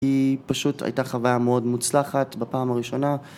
היא פשוט הייתה חוויה מאוד מוצלחת בפעם הראשונה